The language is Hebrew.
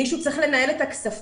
מישהו צריך לנהל את הכספים,